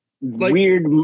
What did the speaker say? weird